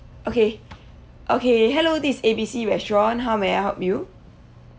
okay okay hello this is A B C restaurant how may I help you